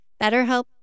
BetterHelp